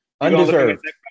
Undeserved